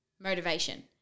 motivation